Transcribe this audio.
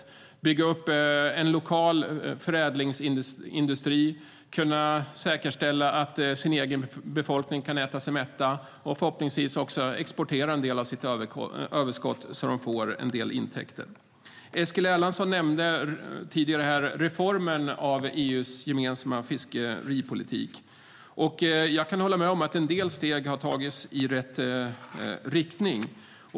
De behöver bygga upp en förädlingsindustri, kunna säkerställa att den egna befolkningen får äta sig mätt och förhoppningsvis också kunna exportera en del av sitt överskott så att de får en del intäkter. Eskil Erlandsson nämnde reformen av EU:s gemensamma fiskeripolitik. Jag kan hålla med om att en del steg har tagits i rätt riktning.